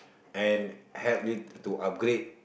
and help you to upgrade